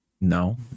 No